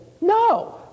no